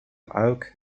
oak